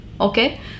Okay